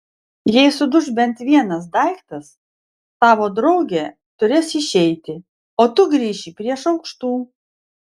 jei suduš bent vienas daiktas tavo draugė turės išeiti o tu grįši prie šaukštų